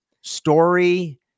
story